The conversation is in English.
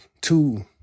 two